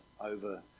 over